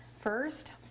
first